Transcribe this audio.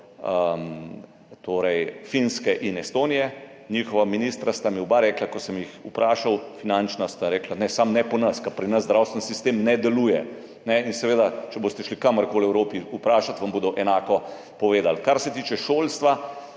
vzoru Finske in Estonije. Njihova finančna ministra sta mi oba rekla, ko sem ju vprašal, ne, samo ne po nas, ker pri nas zdravstveni sistem ne deluje. In seveda, če boste šli kamorkoli v Evropi vprašati, vam bodo enako povedali. Kar se tiče šolstva,